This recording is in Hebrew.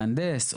מהנדס,